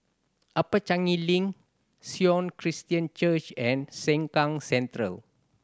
Upper Changi Link Sion Christian Church and Sengkang Central